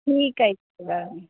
ਠੀਕ ਹੈ ਜੀ